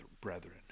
brethren